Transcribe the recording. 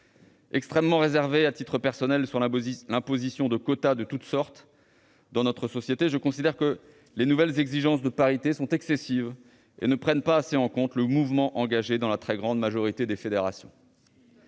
extrêmement réservé, à titre personnel, sur l'imposition de quotas de toutes sortes dans notre société, et je considère que les nouvelles exigences de parité sont excessives et ne prennent pas assez en compte le mouvement engagé dans la très grande majorité des fédérations.